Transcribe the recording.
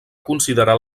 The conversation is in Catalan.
considerar